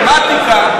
אתם.